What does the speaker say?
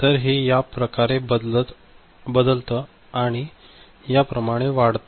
तर हे या प्रकारे बदलतं आणि या प्रमाणे वाढत जाते